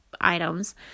items